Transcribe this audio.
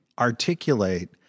articulate